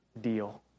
deal